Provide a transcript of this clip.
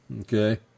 okay